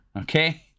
Okay